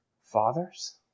fathers